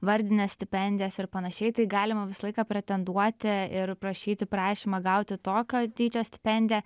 vardines stipendijas ir panašiai tai galima visą laiką pretenduoti ir prašyti prašymą gauti tokio dydžio stipendiją